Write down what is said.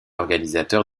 organisateur